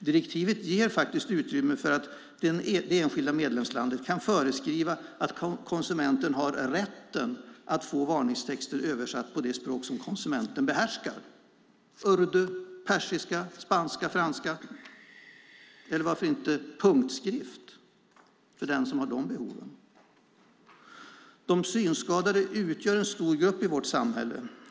Direktivet ger faktiskt utrymme för att det enskilda medlemslandet kan föreskriva att konsumenten har rätt att få varningstexter översatta till det språk som konsumenten behärskar: urdu, persiska, spanska eller franska - eller varför inte punktskrift, för den som har de behoven? De synskadade utgör en stor grupp i vårt samhälle.